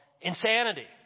insanity